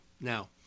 Now